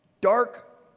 dark